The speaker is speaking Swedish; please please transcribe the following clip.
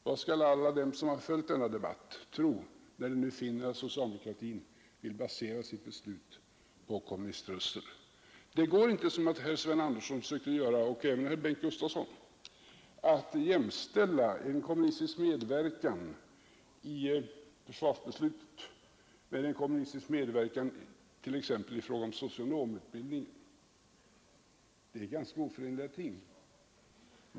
Vad skall alla de som följt denna debatt tro, när de nu finner att socialdemokratin vill basera sitt beslut på kommuniströster? Det går inte, som herr Sven Andersson och även herr Bengt Gustavsson försökte göra, nämligen att jämställa en kommunistisk medverkan i försvarsbeslutet med en kommunistisk medverkan i ett beslut t.ex. i fråga om socionomutbildning. Det är två oförenliga ting.